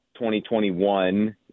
2021